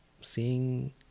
Seeing